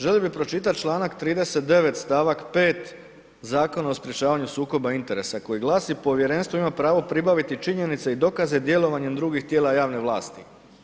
Želio bi pročitati čl. 39. st. 5. Zakona o sprječavanju sukoba interesa koji glasi, povjerenstvo ima pravo pribaviti činjenice i dokaze djelovanjem drugih tijela javne vlasti.